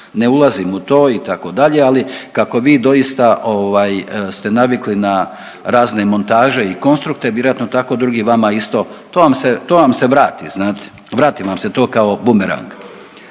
Ne ulazim u to itd., ali kako vi doista ovaj ste navikli na razne montaže i konstrukte vjerojatno tako drugi tamo isto, to vam se, to vam se vrati znate, vrati vam se to kao bumerang.